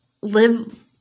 Live